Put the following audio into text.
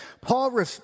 Paul